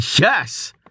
Yes